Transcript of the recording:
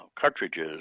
cartridges